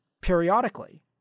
periodically